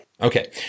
Okay